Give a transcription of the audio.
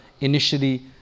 initially